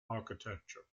architecture